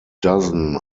dozen